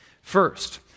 First